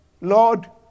Lord